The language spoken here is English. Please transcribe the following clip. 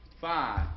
five